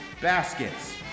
baskets